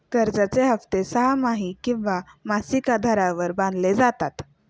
कर्जाचे हप्ते सहामाही किंवा मासिक आधारावर बांधले जातात